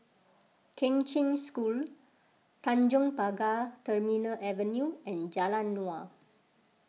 Kheng Cheng School Tanjong Pagar Terminal Avenue and Jalan Naung